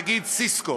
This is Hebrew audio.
נגיד "סיסקו",